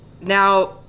Now